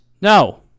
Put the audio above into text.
No